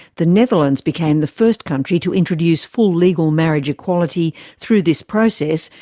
the netherlands became the first country to introduce full legal marriage equality through this process,